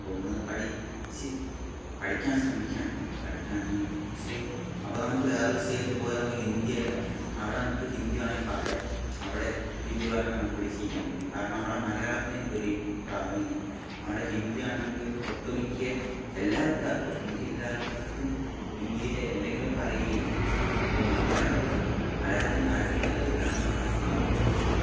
ഒന്ന് പഠിച്ചു പഠിക്കാൻ ശ്രമിക്കാം പഠിക്കാൻ ശ്രമിച്ചു അപ്പം നമുക്ക് വേറെ ഒരു സ്റ്റേറ്റിൽ പോയാൽ നമുക്ക് ഹിന്ദിയാ ആയാലും പറ അവിടെ നമുക്ക് ഹിന്ദി വേണമെങ്കിലും പറയാം അവിടെ ഹിന്ദി പറഞ്ഞു നമുക്ക് പിടിച്ചു നിൽക്കാൻ പറ്റും കാരണം അവിടെ മലയാളത്തിന് ഒരു പ്രാധാന്യമില്ല അവിടെ ഹിന്ദിയാണെങ്കിൽ ഒട്ടുമിക്ക എല്ലാ ആൾക്കാർക്ക് എല്ലാ ആൾക്കാർക്കും ഹിന്ദിയുടെ എന്തെങ്കിലും ഒക്കെ അറിയുമായിരിക്കും അപ്പം മലയാളം മലയാളത്തിനെ താഴ്ത്തി പറയുകയല്ല മലയാളം നമ്മുടെ മാതൃഭാഷയാണ്